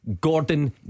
Gordon